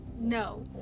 No